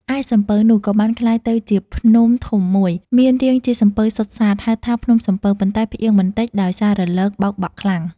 ឯសំពៅនោះ ក៏បានក្លាយទៅជាភ្នំធំមួយ មានរាងជាសំពៅសុទ្ធសាធ ហៅថា ភ្នំសំពៅ ប៉ុន្តែផ្អៀងបន្តិចដោយសាររលកបោកបក់ខ្លាំង។